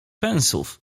pensów